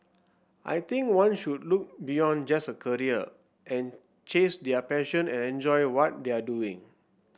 I think one should look beyond just a career and chase their passion and enjoy what they are doing